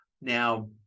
Now